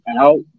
out